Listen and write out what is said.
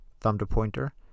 thumb-to-pointer